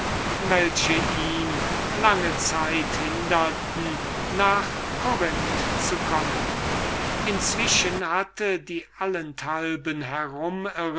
welche ihn lange zeit hinderten nach corinth zu kommen inzwischen hatte die allenthalben herumirrende